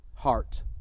heart